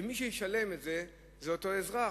ומי שישלם זה אותו אזרח,